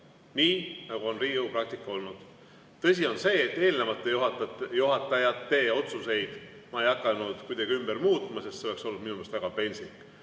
nii nagu on Riigikogu praktika olnud. Tõsi on see, et eelnevate juhatajate otsuseid ma ei hakanud kuidagi muutma, sest see oleks olnud minu meelest väga pentsik.